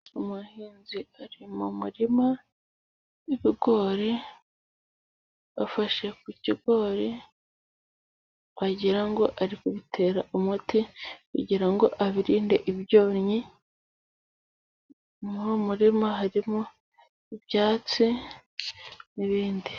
Umuhinzi ari mu murima w'ibigori, afashe ku kigori, wagira ngo ari kubitera umuti, kugira ngo abirinde ibyonnyi, muri uwo murima harimo ibyatsi n'ibindi.